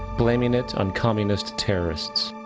blaming it on communist terrorists.